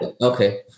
Okay